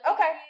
Okay